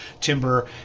timber